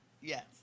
Yes